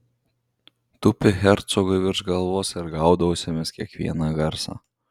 tupi hercogui virš galvos ir gaudo ausimis kiekvieną garsą